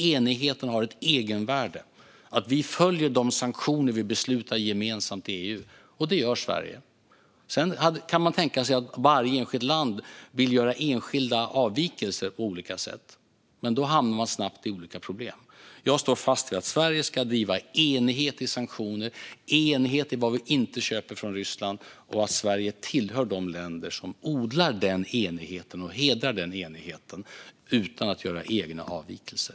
Enigheten har ett egenvärde, och det är viktigt att vi följer de sanktioner vi gemensamt beslutar om i EU. Det gör Sverige. Sedan kan man tänka sig att varje enskilt land vill göra enskilda avvikelser på olika sätt. Men då hamnar man snabbt i olika problem. Jag står fast vid att Sverige ska driva enighet i sanktioner och enighet i vad vi inte köper från Ryssland och att Sverige tillhör de länder som odlar och hedrar denna enighet utan att göra egna avvikelser.